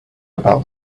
about